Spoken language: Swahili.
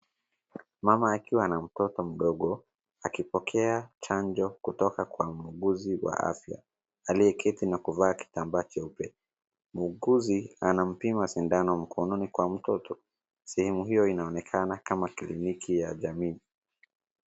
Mama akiwa na mtoto mdogo, akipokea chanjo kutoka kwa muuguzi wa afya, aliyeketi na kuvaa kitambaa cheupe. Muuguzi anampima sindano mkononi kwa mtoto, sehemu hiyo inaonekana kama kliniki ya jamii.